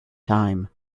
time